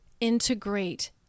integrate